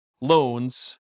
loans